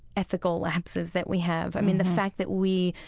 ethical lapses that we have. i mean, the fact that we,